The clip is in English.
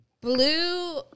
blue